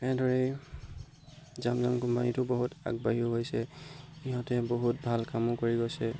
এনেদৰেই জাম জাম কোম্পানীটো বহুত আগবাঢ়িও গৈছে ইহঁতে বহুত ভাল কামো কৰি গৈছে